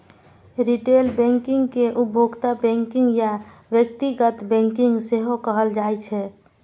retail banking कें उपभोक्ता banking या व्यक्तिगत बैंकिंग सेहो कहल जाइ छै